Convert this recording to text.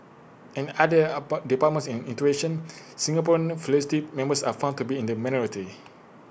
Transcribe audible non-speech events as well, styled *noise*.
and other *unintelligible* departments and institutions Singaporean faculty members are found to be in the minority